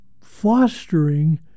fostering